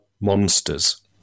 Monsters